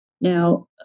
Now